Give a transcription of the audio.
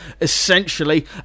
essentially